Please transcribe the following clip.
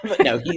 No